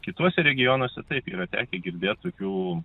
kituose regionuose taip yra tekę girdėt tokių